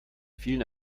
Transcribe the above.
vielen